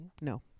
no